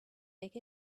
take